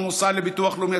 והמוסד לביטוח לאומי.